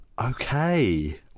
Okay